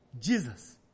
Jesus